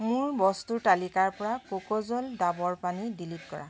মোৰ বস্তুৰ তালিকাৰ পৰা কোকোজল ডাবৰ পানী ডিলিট কৰা